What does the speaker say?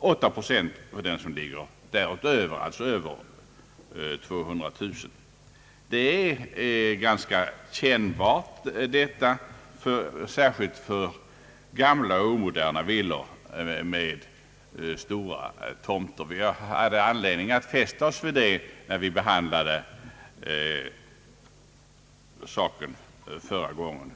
beräknas inkomsten till 4 procent samt till 8 procent för den del, som ligger över 200000 kronor. Detta beräkningssätt är ganska kännbart, särskilt när det gäller gamla och omoderna villor med stora tomter. Vi hade anledning att fästa oss vid detta när vi behandlade ärendet förra gången.